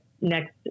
next